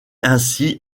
ainsi